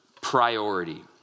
priority